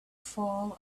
fall